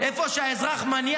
למה